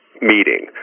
meeting